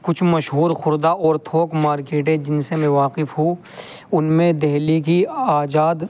کچھ مشہور خوردہ اور تھوک مارکیٹیں جن سے میں واقف ہوں ان میں دلی کی آزاد